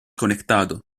conectado